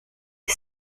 est